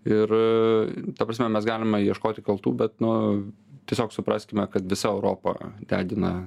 ir ta prasme mes galime ieškoti kaltų bet nu tiesiog supraskime kad visa europa degina